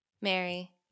Mary